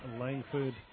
Langford